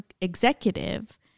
executive